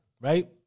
right